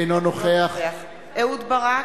אינו נוכח אהוד ברק,